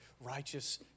righteous